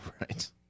Right